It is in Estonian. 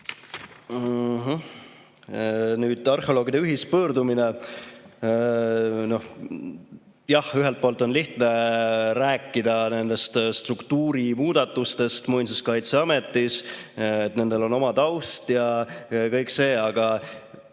Arheoloogide ühispöördumine. Jah, ühelt poolt on lihtne rääkida struktuurimuudatustest Muinsuskaitseametis, nendel on oma taust ja kõik see, aga